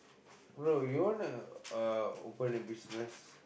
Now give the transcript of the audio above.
bro you wanna uh open a business